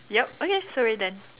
yup okay so we're done